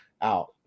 out